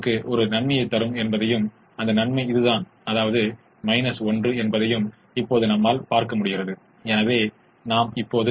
இப்போது இந்த 450 இவை அனைத்தையும் விட பெரியது இதேபோல் 246 இவை அனைத்தையும் விட அதிகமாகவோ அல்லது சமமாகவோ உள்ளது